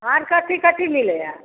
आओर कथी कथी मिलैए